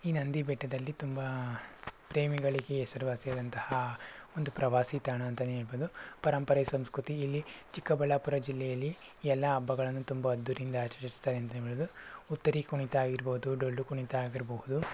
ಈ ನಂದಿ ಬೆಟ್ಟದಲ್ಲಿ ತುಂಬ ಪ್ರೇಮಿಗಳಿಗೆ ಹೆಸರು ವಾಸಿಯಾದಂತಹ ಒಂದು ಪ್ರವಾಸಿ ತಾಣ ಅಂತಲೇ ಹೇಳಬಹುದು ಪರಂಪರೆ ಸಂಸ್ಕೃತಿ ಇಲ್ಲಿ ಚಿಕ್ಕಬಳ್ಳಾಪುರ ಜಿಲ್ಲೆಯಲ್ಲಿ ಎಲ್ಲ ಹಬ್ಬಗಳನ್ನೂ ತುಂಬ ಅದ್ದೂರಿಯಿಂದ ಆಚರಿಸ್ತಾರೆ ಅಂತಲೇ ಹೇಳಬಹುದು ಹುತ್ತರಿ ಕುಣಿತ ಆಗಿರಬಹುದು ಡೊಳ್ಳು ಕುಣಿತ ಆಗಿರಬಹುದು